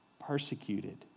persecuted